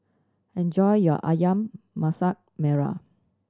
enjoy your Ayam Masak Merah